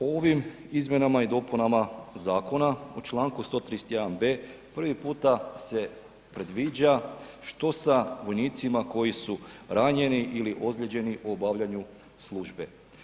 Ovim izmjenama i dopunama zakona u čl. 131.b prvi puta se predviđa što sa vojnicima koji su ranjeni ili ozlijeđeni u obavljanju službe.